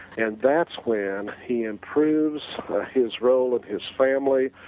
and that's when he improves his role with his family,